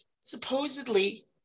supposedly